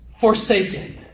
forsaken